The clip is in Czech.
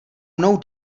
mnou